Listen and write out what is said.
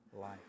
life